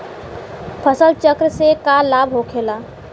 फसल चक्र से का लाभ होखेला?